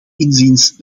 inziens